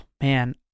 Man